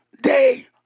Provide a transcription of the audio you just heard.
day